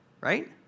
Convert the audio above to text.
right